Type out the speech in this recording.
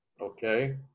Okay